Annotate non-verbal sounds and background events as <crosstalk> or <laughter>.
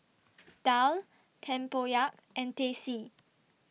<noise> Daal Tempoyak and Teh C